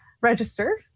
register